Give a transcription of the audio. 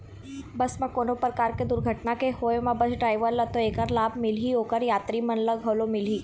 बस म कोनो परकार के दुरघटना के होय म बस डराइवर ल तो ऐखर लाभ मिलही, ओखर यातरी मन ल घलो मिलही